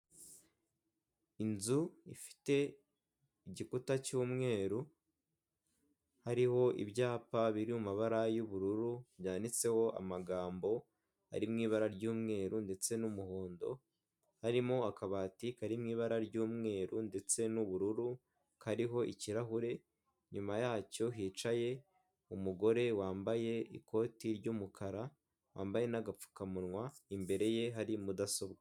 Inzu ifite igikuta cy'umweru, hariho ibyapa biri mu mabara y'ubururu byanditseho amagambo ari mu ibara ry'umweru ndetse n'umuhondo, harimo akabati kari mu ibara ry'umweru ndetse n'ubururu kariho ikirahure, inyuma yacyo hicaye umugore wambaye ikoti ry'umukara, wambaye n'agapfukamunwa, imbere ye hari mudasobwa.